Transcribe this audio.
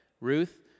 Ruth